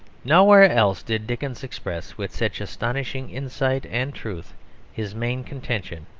nowhere else did dickens express with such astonishing insight and truth his main contention,